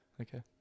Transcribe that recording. Okay